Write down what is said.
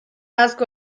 asko